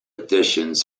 editions